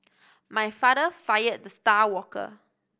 my father fired the star worker